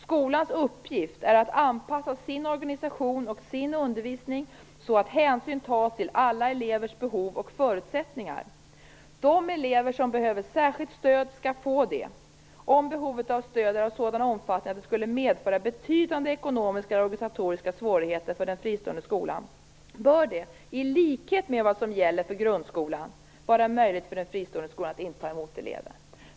Skolans uppgift är att anpassa sin organisation och sin undervisning så att hänsyn tas till alla elevers behov och förutsättningar. De elever som behöver särskilt stöd skall få det. Om behovet av stöd är av sådan omfattning att det skulle medföra betydande ekonomiska eller organisatoriska svårigheter för den fristående skolan, bör det i likhet med vad som gäller för grundskolan vara möjligt för den fristående skolan att inte ta emot eleven."